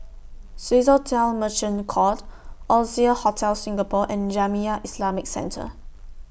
Swissotel Merchant Court Oasia Hotel Singapore and Jamiyah Islamic Centre